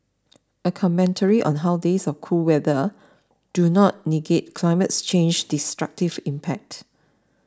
a commentary on how days of cool weather do not negate climate change's destructive impact